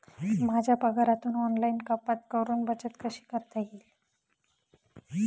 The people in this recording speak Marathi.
माझ्या पगारातून ऑनलाइन कपात करुन बचत कशी करता येईल?